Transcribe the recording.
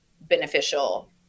beneficial